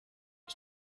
ich